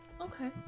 okay